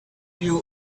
you